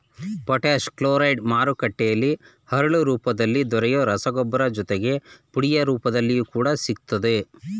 potash chloride ಮಾರುಕಟ್ಟೆಲಿ ಹರಳು ರೂಪದಲ್ಲಿ ದೊರೆಯೊ ರಸಗೊಬ್ಬರ ಜೊತೆಗೆ ಪುಡಿಯ ರೂಪದಲ್ಲಿ ಕೂಡ ಸಿಗ್ತದೆ